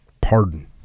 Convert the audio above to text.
pardon